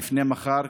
לפני מחר,